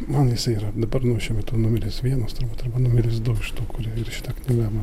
man jisai yra dabar nu šiuo metu numeris vienas turbūt arba numeris du iš tų kurie yra šita knyga man